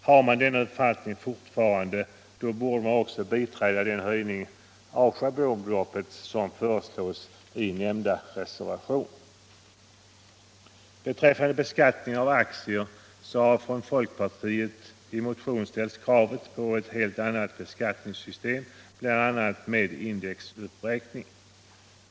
Har man denna uppfattning fortfarande borde man också biträda förslaget i den nämnda reservationen om höjning av schablonbeloppet. Beträffande beskattningen av aktier har från folkpartiet i motioner ställts krav på ett helt annat beskattningssystem med bl.a. indexuppräkning.